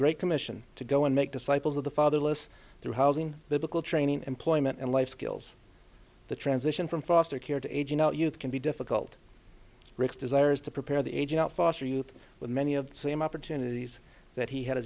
great commission to go and make disciples of the fatherless through housing biblical training employment and life skills the transition from foster care to aging out youth can be difficult rick's desires to prepare the aging out foster youth with many of the same opportunities that he had a